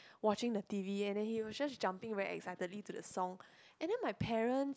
watching the t_v and then he was just jumping very excitedly to the song and then my parents